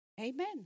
Amen